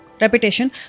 repetition